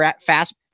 fast